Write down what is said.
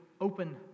open